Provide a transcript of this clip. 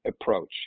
approach